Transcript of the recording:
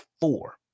four